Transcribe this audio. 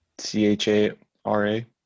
C-H-A-R-A